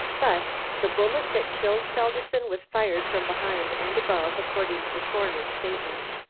but the bullet that killed felderson was fired from behind and above, according to the coroner's statement.